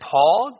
Paul